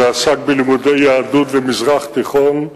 שעסק בלימודי יהדות והמזרח התיכון.